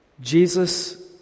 Jesus